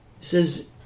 Says